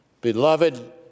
Beloved